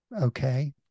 okay